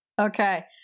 Okay